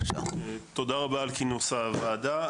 תודה רבה על כינוס הוועדה.